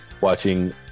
watching